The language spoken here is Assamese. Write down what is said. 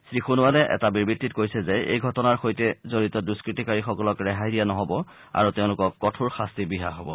শ্ৰী সোণোৱালে এটা বিবৃতিযোগে কৈছে যে এই ঘটনাৰ সৈতে জড়িত দুষ্কতিকাৰীসকলক ৰেহাই দিয়া নহব আৰু তেওঁলোকক কঠোৰ শাস্তি বিহা হব